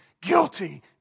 guilty